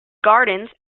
gardens